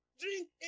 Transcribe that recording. drink